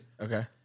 Okay